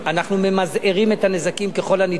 ואנחנו ממזערים את הנזקים ככל הניתן,